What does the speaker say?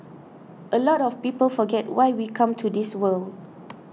a lot of people forget why we come to this world